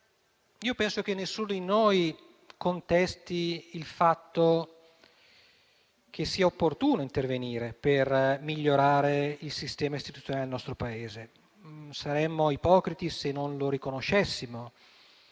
del fatto che nessuno di noi, a mio parere, contesti il fatto che sia opportuno intervenire per migliorare il sistema istituzionale del nostro Paese. Saremmo ipocriti se non lo riconoscessimo: